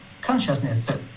consciousness